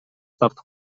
тартып